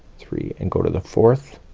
three, and go to the fourth,